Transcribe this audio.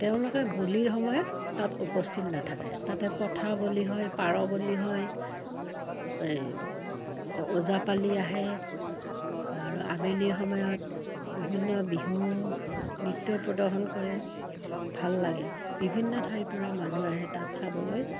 তেওঁলোকে বলিৰ সময়ত তাত উপস্থিত নাথাকে তাতে পথা বলি হয় পাৰ বলি হয় এই ওজাপালি আহে আৰু আবেলিৰ সময়ত বিভিন্ন বিহু নৃত্য প্ৰদৰ্শন কৰে ভাল লাগে বিভিন্ন ঠাইৰ পৰা মানুহ আহে তাত চাবলৈ